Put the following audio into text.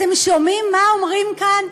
אתם שומעים מה אומרים כאן.